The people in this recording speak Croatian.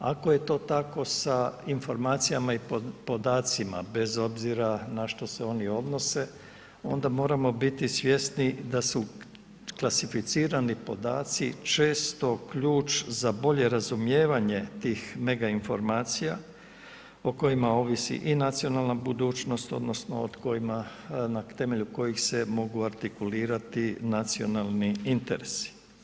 Ako je to tako sa informacijama i podacima, bez obzira na što se oni odnose, onda moramo biti svjesni da su klasificirani podaci često ključ za bolje razumijevanje tih mega informacija, o kojima ovisi i nacionalna budućnost, odnosno na temelju kojih se mogu artikulirati nacionalni interesi.